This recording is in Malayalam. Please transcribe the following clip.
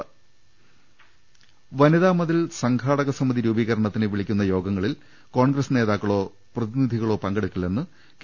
രുവെട്ടറു വനിതാ മതിൽ സംഘാടക സമിതി രൂപീകരണത്തിന് വിളിക്കുന്ന യോഗ ങ്ങളിൽ കോൺഗ്രസ് നേതാക്കളോ പ്രതിനിധികളോ പങ്കെടുക്കില്ലെന്ന് കെ